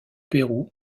pérou